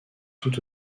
tout